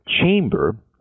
chamber